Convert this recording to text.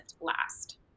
last